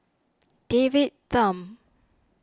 David Tham